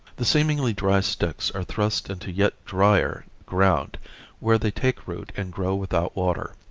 the seemingly dry sticks are thrust into yet drier ground where they take root and grow without water.